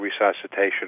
resuscitation